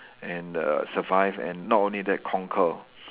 and the survive and not only that conquer